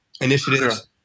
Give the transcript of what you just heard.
initiatives